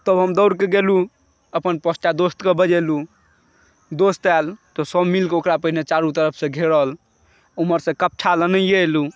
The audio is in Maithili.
तब हम दौड़ कऽ गेलहुॅं अपन पांच टा दोस्तके बजेलहुॅं दोस्त आयल तऽ सब मिलकऽ पहिले ओकरा चारू तरफसँ घेरल उमहरसँ कप्छा लेनये एलहुॅं